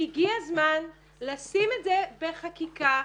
והגיע הזמן לשים את זה בחקיקה,